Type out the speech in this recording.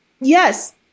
yes